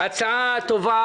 ההצעה שלך היא הצעה טובה,